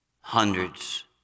Hundreds